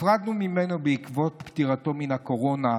נפרדנו ממנו בעקבות פטירתו מן הקורונה,